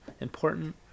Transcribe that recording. important